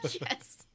Yes